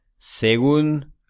Según